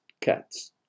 cat's